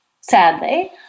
sadly